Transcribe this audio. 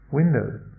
windows